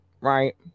right